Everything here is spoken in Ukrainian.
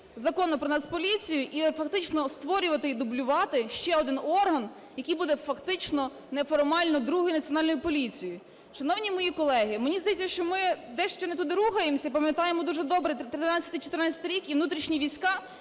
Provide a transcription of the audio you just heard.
Закону про Нацполіцію і фактично створювати і дублювати ще один орган, який буде фактично неформально другою Національною поліцією. Шановні мої колеги, мені здається, що ми дещо не туди рухаємося. І пам'ятаємо дуже добре 2013-2014 рік і внутрішні війська,